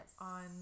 on